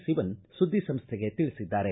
ಸಿವನ್ ಸುದ್ದಿ ಸಂಸ್ಥೆಗೆ ತಿಳಿಸಿದ್ದಾರೆ